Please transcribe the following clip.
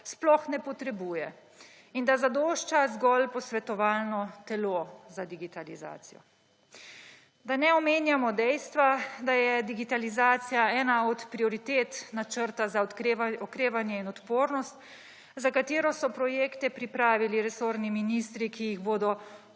sploh ne potrebuje in da zadošča zgolj posvetovalno telo za digitalizacijo. Da ne omenjamo dejstva, da je digitalizacija ena od prioritet načrta za okrevanje in odpornost, za katero so projekte pripravili resorni ministri, ki jih bodo